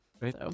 Right